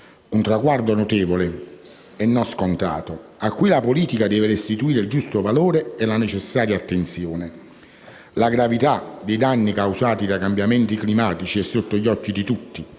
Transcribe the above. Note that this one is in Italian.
un traguardo notevole e non scontato, cui la politica deve restituire il giusto valore e la necessaria attenzione. La gravità dei danni causati dai cambiamenti climatici è sotto gli occhi di tutti